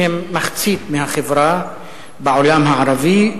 שהן מחצית מהחברה בעולם הערבי,